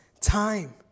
time